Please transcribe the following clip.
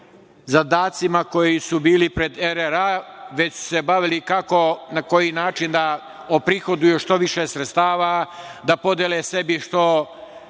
zadacima koji su bili pred RRA, već su se bavili kako, na koji način da prihoduju što više sredstava, da podele sebi što